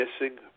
missing